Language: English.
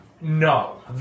No